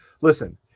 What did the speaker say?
listen